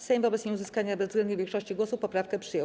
Sejm wobec nieuzyskania bezwzględnej większości głosów poprawkę przyjął.